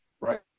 right